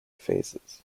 phases